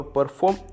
Perform